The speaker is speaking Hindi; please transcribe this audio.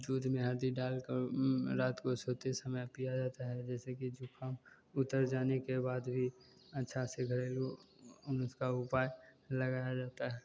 दूध में हल्दी डालकर रात को सोते समय पिया जाता है जैसे कि जुकाम उतर जाने के बाद भी अच्छा से घरेलू नुस्खा उपाय लगाया जाता है